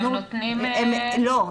הם נותנים --- לא,